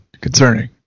concerning